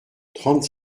trente